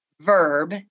verb